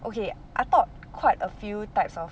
okay I taught quite a few types of